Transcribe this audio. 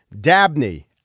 Dabney